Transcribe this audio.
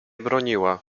broniła